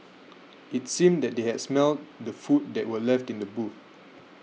it seemed that they had smelt the food that were left in the boot